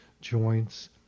joints